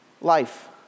life